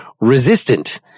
resistant